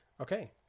Okay